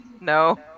No